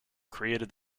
created